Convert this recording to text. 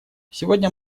сегодня